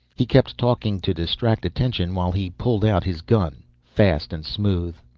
he kept talking to distract attention while he pulled out his gun. fast and smooth.